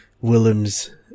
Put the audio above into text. Willem's